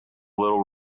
little